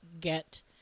get